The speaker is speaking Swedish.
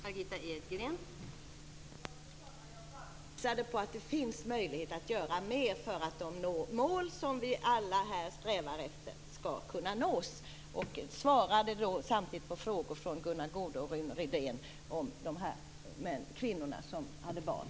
Fru talman! Jag visade bara på att det finns möjlighet att göra mer för att de mål som vi alla strävar efter skall kunna nås. Jag svarade samtidigt på frågor från Gunnar Goude och Rune Rydén om de kvinnor som har barn.